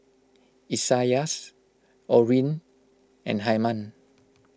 Isaias Orrin and Hyman